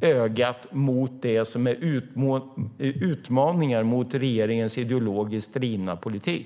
ögat mot det som är utmaningar mot regeringens ideologiskt drivna politik?